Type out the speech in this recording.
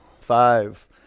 Five